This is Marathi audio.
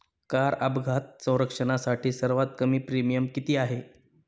कार अपघात संरक्षणासाठी सर्वात कमी प्रीमियम किती आहे?